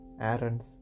Aaron's